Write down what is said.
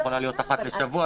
היא יכולה להיות אחת לשבוע.